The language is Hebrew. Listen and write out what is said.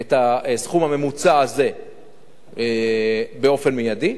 את הסכום הממוצע הזה באופן מיידי,